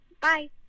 Bye